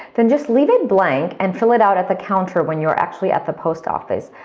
then just leave it blank and fill it out at the counter when you're actually at the post office.